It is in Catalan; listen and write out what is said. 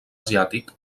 asiàtic